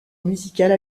musicale